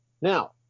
Now